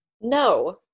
no